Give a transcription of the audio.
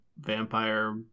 vampire